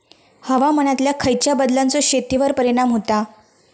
हवामानातल्या खयच्या बदलांचो शेतीवर परिणाम होता?